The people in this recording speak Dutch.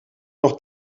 nog